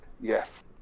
Yes